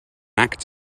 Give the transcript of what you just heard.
act